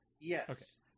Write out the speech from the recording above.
yes